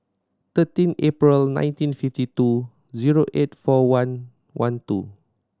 thirteen April nineteen fifty two zero eight four one one two